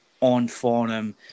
on-forum